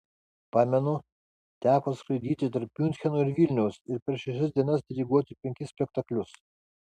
pamenu teko skraidyti tarp miuncheno ir vilniaus ir per šešias dienas diriguoti penkis spektaklius